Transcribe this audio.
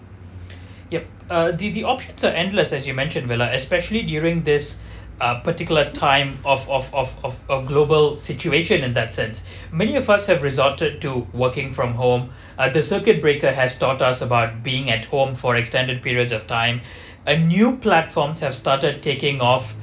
yup uh the the options are endless as you mentioned vella especially during this uh particular time of of of of of global situation in that sense many of us have resorted to working from home at the circuit breaker has taught us about being at home for extended periods of time a new platforms have started taking off